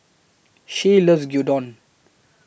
Shay loves Gyudon